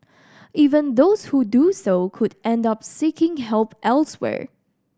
even those who do so could end up seeking help elsewhere